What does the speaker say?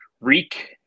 Reek